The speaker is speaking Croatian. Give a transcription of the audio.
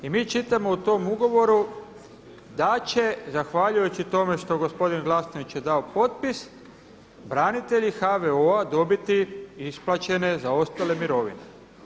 I mi čitamo u tom ugovoru da će zahvaljujući tome što gospodin Glasnović je dao potpis branitelji HVO-a dobiti isplaćene zaostale mirovine.